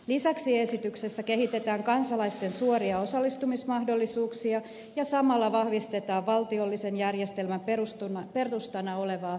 lisäksi esityksessä kehitetään kansalaisten suoria osallistumismahdollisuuksia ja samalla vahvistetaan valtiollisen järjestelmän perustana olevaa edustuksellista demokratiaa